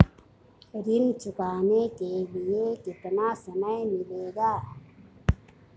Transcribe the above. ऋण चुकाने के लिए कितना समय मिलेगा?